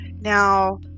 Now